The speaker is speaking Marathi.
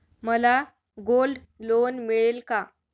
मला गोल्ड लोन मिळेल का?